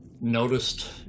noticed